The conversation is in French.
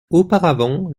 auparavant